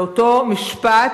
לאותו משפט,